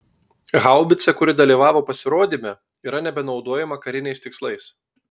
haubica kuri dalyvavo pasirodyme yra nebenaudojama kariniais tikslais